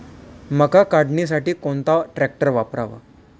मका काढणीसाठी कोणता ट्रॅक्टर वापरावा?